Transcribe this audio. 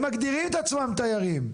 הם מגדירים את עצמם תיירים,